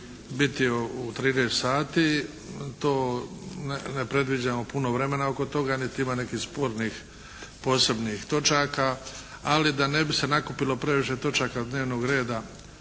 biti u 13 sati. To ne predviđamo puno vremena oko toga, niti ima nekih spornih posebnih točaka, ali da ni se nakupilo previše točaka dnevnog reda